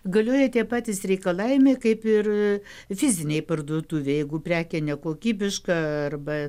galioja tie patys reikalavimai kaip ir fizinėj parduotuvėj jeigu prekė nekokybiška arba